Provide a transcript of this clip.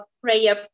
prayer